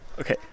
Okay